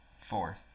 four